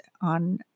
on